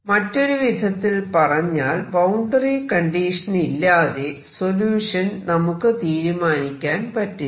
മറ്റൊരു വിധത്തിൽ പറഞ്ഞാൽ ബൌണ്ടറി കണ്ടീഷൻ ഇല്ലാതെ സൊല്യൂഷൻ നമുക്ക് തീരുമാനിക്കാൻ പറ്റില്ല